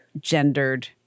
gendered